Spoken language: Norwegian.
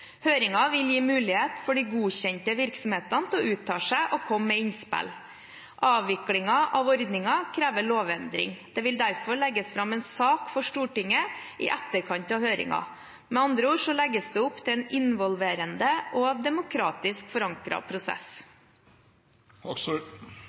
vil gi mulighet for de godkjente virksomhetene til å uttale seg og komme med innspill. Avvikling av ordningen krever lovendring. Det vil derfor legges fram en sak for Stortinget i etterkant av høringen. Med andre ord legges det opp til en involverende og demokratisk forankret prosess.